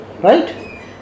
Right